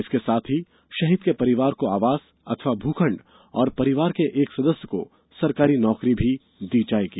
इसके साथ ही शहीद के परिवार को आवास अथवा भूखण्ड और परिवार के एक सदस्य को सरकारी नौकरी भी दी जायेगी